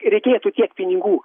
reikėtų tiek pinigų